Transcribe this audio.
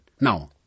Now